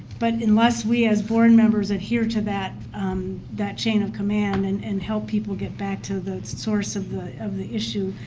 but unless we as board members adhere to that that chain of command and and help people get back to the source of the of the issue,